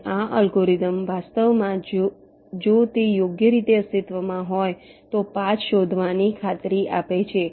અને આ અલ્ગોરિધમ વાસ્તવમાં જો તે યોગ્ય રીતે અસ્તિત્વમાં હોય તો પાથ શોધવાની ખાતરી આપે છે